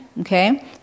okay